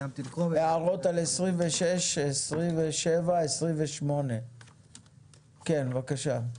הערות על 26, 27, 28. בבקשה.